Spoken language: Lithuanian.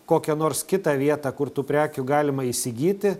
kokią nors kitą vietą kur tų prekių galima įsigyti